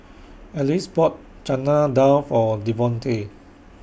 Anice bought Chana Dal For Devonte